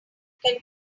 can